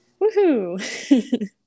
Woohoo